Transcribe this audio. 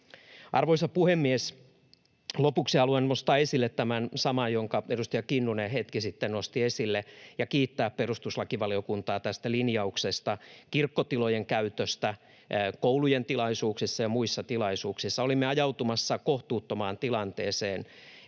Arvoisa puhemies! Lopuksi haluan nostaa esille tämän saman, jonka edustaja Kinnunen hetki sitten nosti esille, ja kiittää perustuslakivaliokuntaa tästä linjauksesta kirkkotilojen käytöstä koulujen tilaisuuksissa ja muissa tilaisuuksissa. Olimme ajautumassa kohtuuttomaan tilanteeseen,